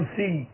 see